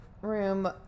room